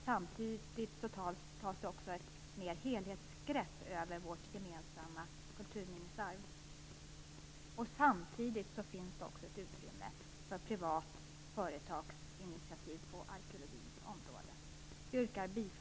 Samtidigt tas det också ett större helhetsgrepp över vårt gemensamma kulturminnesarv. Samtidigt finns det också ett utrymme för privata företagsinitiativ på arkeologins område. Jag yrkar bifall till hemställan i betänkandet.